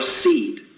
seed